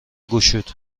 گشود